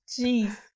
jeez